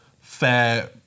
fair